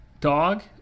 dog